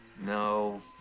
No